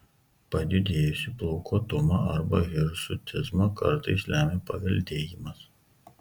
padidėjusį plaukuotumą arba hirsutizmą kartais lemia paveldėjimas